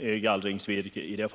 gallringsvirke.